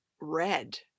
red